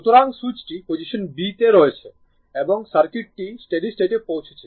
সুতরাং সুইচটি position b তে রয়েছে এবং সার্কিটটি স্টেডি স্টেট পৌঁছেছে